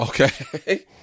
Okay